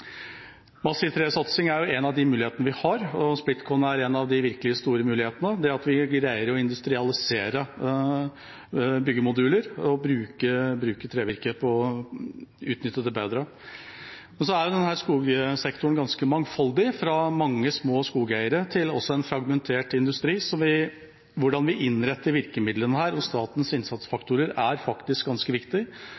er en av de mulighetene vi har. Splitkon er en av de virkelig store mulighetene, det at vi greier å industrialisere byggemoduler og utnytte trevirket bedre. Men så er jo skogsektoren ganske mangfoldig – fra mange små skogeiere til en fragmentert industri – med tanke på hvordan vi innretter virkemidlene her. Statens